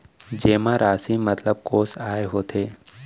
जेमा राशि मतलब कोस आय होथे?